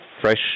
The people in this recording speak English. fresh